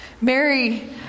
Mary